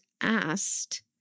asked